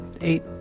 eight